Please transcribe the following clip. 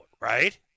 right